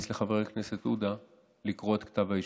חבר הכנסת עמיחי שיקלי,